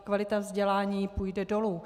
Kvalita vzdělání půjde dolů.